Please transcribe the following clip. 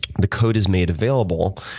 the code is made available.